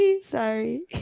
sorry